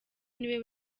niwe